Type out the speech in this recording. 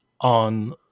on